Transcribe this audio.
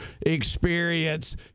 experience